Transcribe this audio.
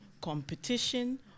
competition